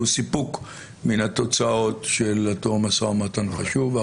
סיפוק מן התוצאות של אותו משא ומתן חשוב.